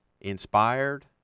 inspired